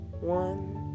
One